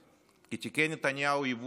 כי תיקי נתניהו היו בעצם